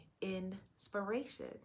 inspiration